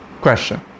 Question